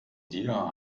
dir